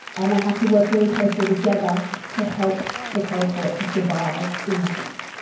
and they have to work really closely together to help the coral polyp to survive in the heat.